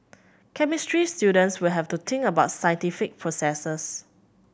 chemistry students will have to think about scientific processes